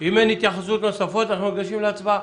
אם אין התייחסויות נוספות אנחנו ניגשים להצבעה.